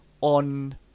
on